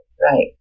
right